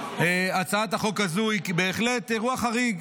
הצעת החוק הזו היא בהחלט אירוע חריג.